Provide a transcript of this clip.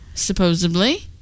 Supposedly